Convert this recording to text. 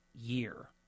year